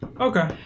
Okay